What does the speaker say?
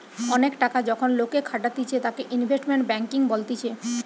অনেক টাকা যখন লোকে খাটাতিছে তাকে ইনভেস্টমেন্ট ব্যাঙ্কিং বলতিছে